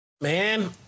Man